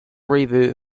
revue